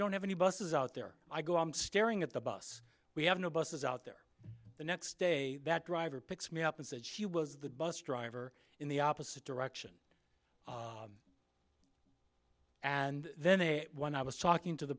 don't have any buses out there i go i'm staring at the bus we have no buses out there the next day that driver picks me up and said she was the bus driver in the opposite direction and then they when i was talking to the